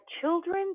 children